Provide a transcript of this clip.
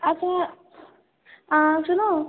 آ تو آ سنو